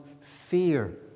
fear